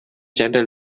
general